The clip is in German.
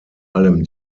allem